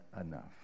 enough